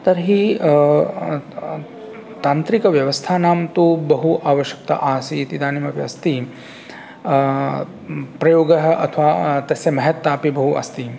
तर्हि तान्त्रिकव्यवस्थानान्तु बहु आवश्यकता आसीत् इदानीमपि अस्ति प्रयोगः अथवा तस्य महत्ता अपि बहु अस्ति